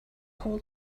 whole